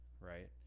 right